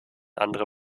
andere